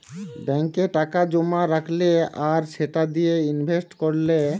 ব্যাংকে টাকা জোমা রাখলে আর সেটা দিয়ে ইনভেস্ট কোরলে